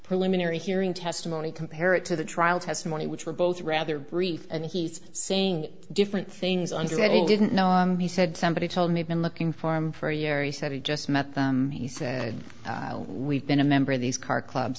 preliminary hearing testimony compare it to the trial testimony which were both rather brief and he's saying different things under that he didn't know and he said somebody told me i'd been looking for him for a year he said he just met them he said we've been a member of these car clubs